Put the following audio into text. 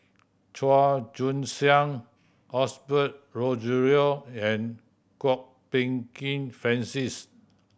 Chua Joon Siang Osbert Rozario and Kwok Peng Kin Francis